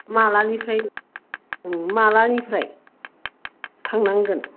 मालानिफ्राय औ मालानिफ्राय थांनांगोन